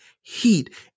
heat